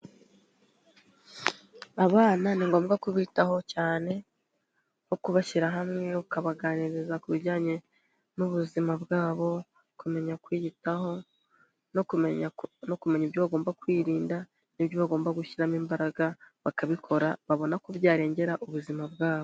Abana ni ngombwa kubitaho cyane, nko kubashyira hamwe ukabaganiriza ku bijyanye n'ubuzima bwabo, kumenya kwiyitaho no kumenya no kumenya ibyo bagomba kwirinda n'ibyo bagomba gushyiramo imbaraga bakabikora babonako byarengera ubuzima bwabo.